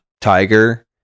tiger